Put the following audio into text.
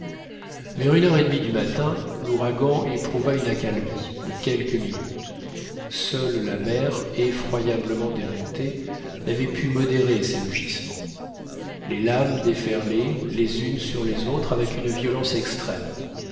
vers une heure et demie du matin l'ouragan éprouva une accalmie de quelques minutes seule la mer effroyablement démontée n'avait pu modérer ses mugissements les lames déferlaient les unes sur les autres avec une violence extrême